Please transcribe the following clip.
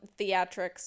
theatrics